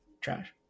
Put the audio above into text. trash